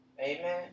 Amen